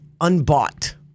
unbought